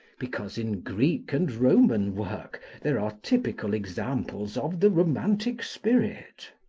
because in greek and roman work there are typical examples of the romantic spirit.